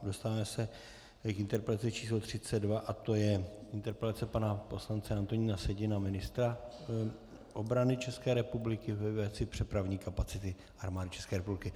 Dostáváme se k interpelaci číslo 32 a to je interpelace pana poslance Antonína Sedi na ministra obrany České republiky ve věci přepravní kapacita Armády České republiky.